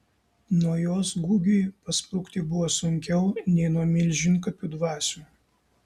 nuo jos gugiui pasprukti buvo sunkiau nei nuo milžinkapių dvasių